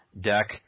deck